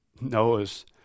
Noah's